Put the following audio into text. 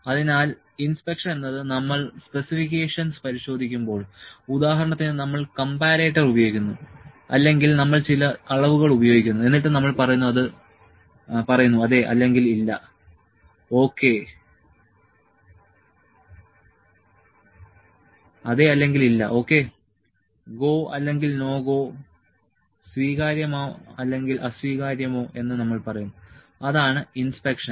അതിനാൽ ഇൻസ്പെക്ഷൻ എന്നത് നമ്മൾ സ്പെസിഫിക്കേഷൻസ് പരിശോധിക്കുമ്പോൾ ഉദാഹരണത്തിന് നമ്മൾ കമ്പാരേറ്റർ ഉപയോഗിക്കുന്നു അല്ലെങ്കിൽ നമ്മൾ ചില അളവുകൾ ഉപയോഗിക്കുന്നു എന്നിട്ട് നമ്മൾ പറയുന്നു അതെ അല്ലെങ്കിൽ ഇല്ല ഓക്കേ ഗോ അല്ലെങ്കിൽ നോ ഗോ സ്വീകാര്യമോ അല്ലെങ്കിൽ അസ്വീകാര്യമോ എന്ന് നമ്മൾ പറയുന്നു അതാണ് ഇൻസ്പെക്ഷൻ